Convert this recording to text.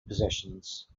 possessions